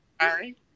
sorry